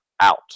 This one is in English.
out